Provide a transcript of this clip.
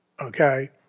Okay